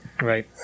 Right